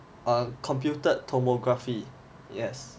err computed tomography yes